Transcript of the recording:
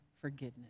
forgiveness